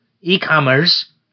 e-commerce